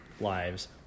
lives